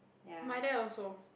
my dad also